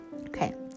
Okay